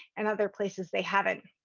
in other places, they haven't.